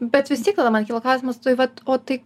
bet vis tiek tada man kyla klausimas tai vat o tai